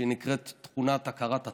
שנקראת תכונת "הכרת הטוב",